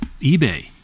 eBay